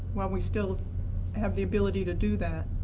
while we still have the ability to do that.